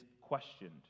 questioned